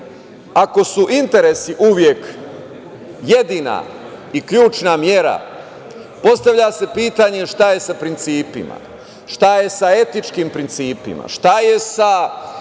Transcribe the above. ako su interesi uvek jedina i ključna mera, postavlja se pitanje – šta je sa principima? Šta je sa etičkim principima? Šta je sa